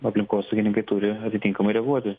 aplinkosaugininkai turi atitinkamai reaguoti